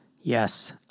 Yes